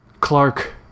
Clark